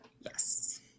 Yes